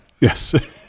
Yes